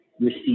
receive